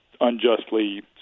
unjustly